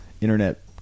internet